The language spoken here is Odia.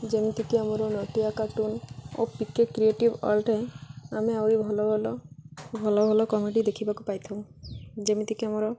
ଯେମିତିକି ଆମର ନଟିଆ କାର୍ଟୁନ୍ ଓ ପି କେ କ୍ରିଏଟିଭ୍ ୱାର୍ଲ୍ଡ ଆମେ ଆହୁରି ଭଲ ଭଲ ଭଲ ଭଲ କମେଡ଼ି ଦେଖିବାକୁ ପାଇ ଥାଉ ଯେମିତିକି ଆମର